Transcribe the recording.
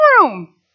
room